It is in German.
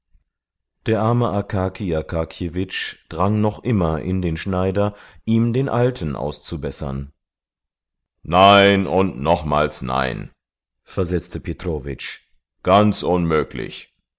der arme akaki akakjewitsch drang noch immer in den schneider ihm den alten auszubessern nein und nochmals nein versetzte petrowitsch ganz unmöglich